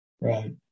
Right